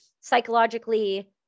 psychologically